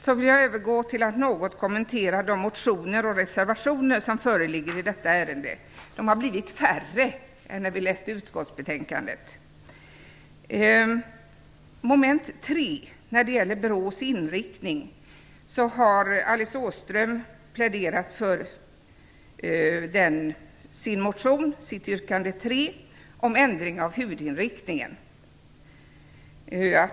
Sedan vill jag övergå till att något kommentera de motioner och reservationer som föreligger i detta ärende. De har blivit färre. Åström pläderat för yrkande 3 i sin motion om ändring av huvudinriktningen.